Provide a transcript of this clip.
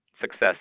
success